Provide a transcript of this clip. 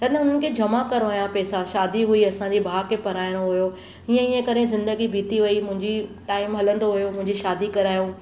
त न हुननि खे जमा करिणो हुया पेसा शादी हुई असांजे भाउ खे पढ़ाइणो हुयो हीअं हीअं करे ज़िंदगी बीती वई मुंहिंजी टाईम हलंदो वियो मुंहिंजी शादी करायाऊं